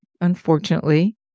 unfortunately